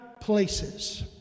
places